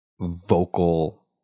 vocal